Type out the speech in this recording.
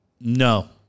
no